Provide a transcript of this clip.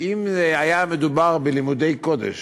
שאם היה מדובר בלימודי קודש,